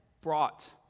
brought